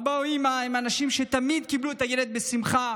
אבא או אימא הם האנשים שתמיד קיבלו את הילד בשמחה,